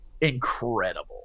incredible